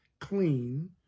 clean